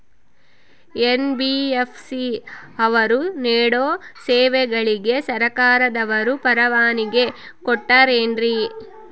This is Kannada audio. ಎನ್.ಬಿ.ಎಫ್.ಸಿ ಅವರು ನೇಡೋ ಸೇವೆಗಳಿಗೆ ಸರ್ಕಾರದವರು ಪರವಾನಗಿ ಕೊಟ್ಟಾರೇನ್ರಿ?